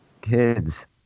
kids